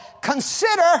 consider